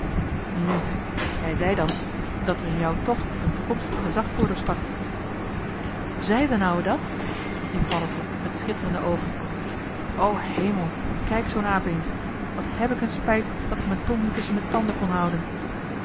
nu hij zei dan dat er in jou toch een toekomstig gezagvoerder stak zei d'n ouwe dat riep paddeltje met schitterende oogen joh h been paddeltje de scheepsjongen van michiel de ruijter o hemel kijk zoo'n aap eens wat heb ik n spijt dat ik m'n tong niet tusschen m'n tanden kon houden